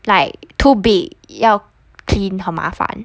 like too big 要 clean 很麻烦